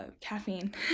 caffeine